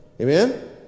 Amen